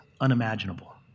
unimaginable